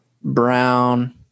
Brown